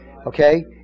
Okay